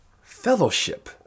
fellowship